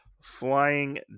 flying